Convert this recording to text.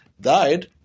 died